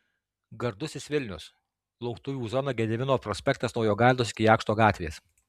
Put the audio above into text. gardusis vilnius lauktuvių zona gedimino prospektas nuo jogailos iki jakšto gatvės